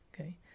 okay